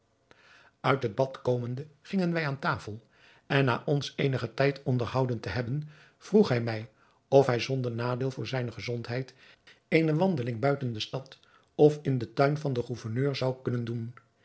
uit het bad komende gingen wij aan tafel en na ons eenigen tijd onderhouden te hebben vroeg hij mij of hij zonder nadeel voor zijne gezondheid eene wandeling buiten de stad of in den tuin van den gouverneur zou kunnen doen